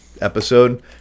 episode